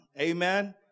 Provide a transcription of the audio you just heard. amen